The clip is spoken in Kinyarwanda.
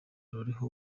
ruriho